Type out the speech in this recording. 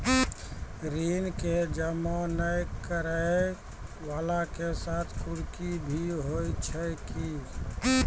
ऋण के जमा नै करैय वाला के साथ कुर्की भी होय छै कि?